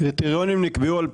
זה